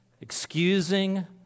excusing